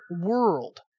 world